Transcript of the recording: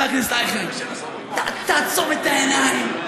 חבר הכנסת אייכלר: תעצום את העיניים,